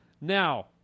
Now